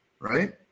right